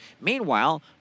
Meanwhile